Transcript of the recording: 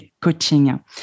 Coaching